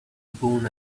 born